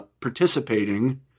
participating